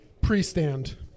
pre-stand